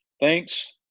Thanks